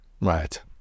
Right